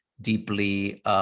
deeply